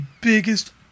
biggest